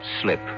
slip